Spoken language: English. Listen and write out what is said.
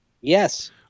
Yes